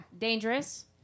dangerous